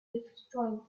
destroyed